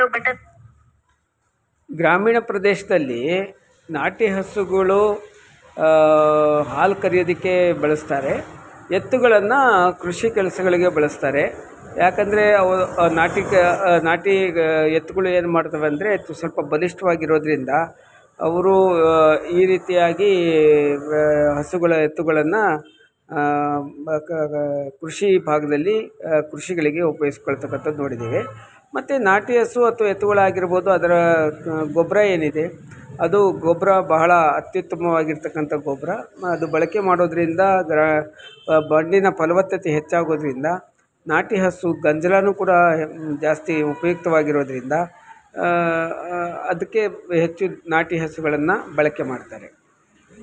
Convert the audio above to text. ನಾಟಿ ಹಸುಗಳನ್ನು ಎತ್ತುಗಳನ್ನು ಕೃಷಿ ಕೆಲಸಗಳಿಗೆ ಗ್ರಾಮೀಣ ಭಾಗದಲ್ಲಿ ಬಳಸಿಕೊಳ್ಳಲಾಗುತ್ತದೆ